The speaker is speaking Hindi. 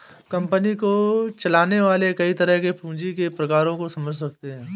कंपनी को चलाने वाले कई तरह के पूँजी के प्रकारों की समझ रखते हैं